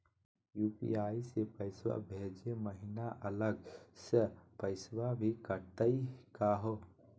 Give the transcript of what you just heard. UPI स पैसवा भेजै महिना अलग स पैसवा भी कटतही का हो?